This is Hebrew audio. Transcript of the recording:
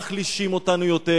מחלישים אותנו יותר,